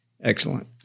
Excellent